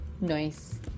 Nice